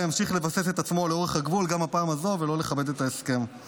ימשיך לבסס את עצמו לאורך הגבול גם בפעם הזו ולא לכבד את ההסכם.